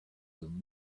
them